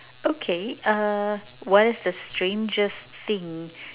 okay uh what is the strangest thing